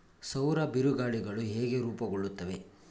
ಸೌರ ಬಿರುಗಾಳಿಗಳು ಹೇಗೆ ರೂಪುಗೊಳ್ಳುತ್ತವೆ?